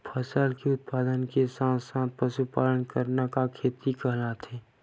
फसल के उत्पादन के साथ साथ पशुपालन करना का खेती कहलाथे?